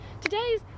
Today's